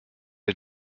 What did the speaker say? den